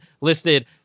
listed